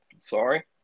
Sorry